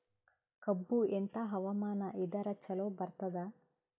ಕಬ್ಬು ಎಂಥಾ ಹವಾಮಾನ ಇದರ ಚಲೋ ಬರತ್ತಾದ?